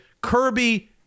Kirby